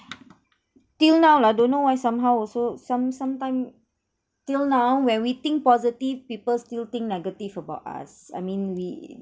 till now lah don't know why somehow also some sometime till now when we think positive people still think negative about us I mean we